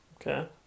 Okay